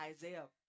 Isaiah